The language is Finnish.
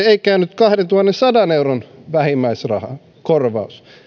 ei käynyt kahdentuhannensadan euron vähimmäiskorvaus